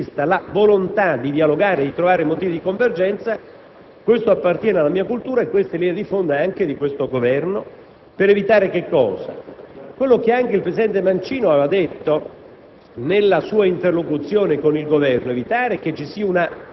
che poi ci sia, come c'è sempre stato, e rimane sullo sfondo, dal mio punto di vista, la volontà di dialogare e trovare motivi di convergenza, questo appartiene alla mia cultura e rappresenta anche la linea di fondo lungo la quale si muove questo Governo, per evitare quello che anche il presidente Mancino aveva detto